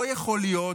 לא יכול להיות